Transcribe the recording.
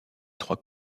trois